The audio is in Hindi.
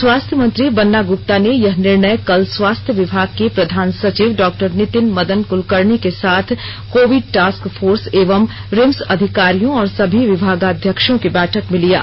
स्वास्थ्य मंत्री बन्ना ग्प्ता ने यह निर्णय कल स्वास्थ्य विभाग के प्रधान सचिव डॉ नितिन मदन क्लकर्णी के साथ कोविड टास्क फोर्स एवं रिम्स अधिकारियों और सभी विभागाध्यक्षों की बैठक में लिया गया